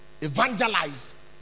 evangelize